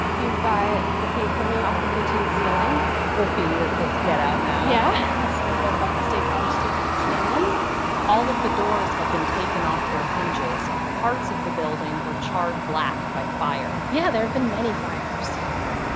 you've got the paint crumbling off of the tin ceiling graffiti that says, get out now. yeah. some of the buffalo state college student shenanigans all of the doors had been taken off their hinges. parts of the building were charred black by fire yeah, there have been many fires here.